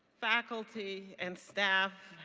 faculty and staff,